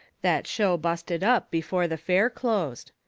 that show busted up before the fair closed.